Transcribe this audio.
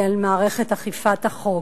היא אל מערכת אכיפת החוק,